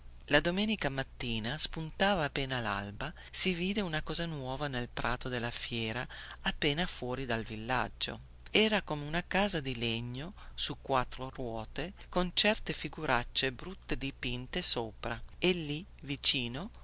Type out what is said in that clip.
la domenica mattina spuntava appena lalba si vide una cosa nuova nel prato della fiera appena fuori del villaggio era come una casa di legno su quattro ruote con certe figuracce brutte dipinte sopra e lì vicino